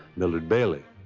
mildred bailey.